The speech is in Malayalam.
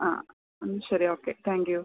ആ എന്നാൽ ശരി ഓക്കെ താങ്ക് യൂ